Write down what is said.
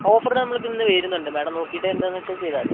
ഓഫറിന് നമുക്ക് ഇന്ന് വരുന്നുണ്ട് മേഡം നോക്കിയിട്ട് എന്താണെന്നുവെച്ചാൽ ചെയ്താൽ മതി